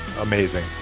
amazing